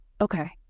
Okay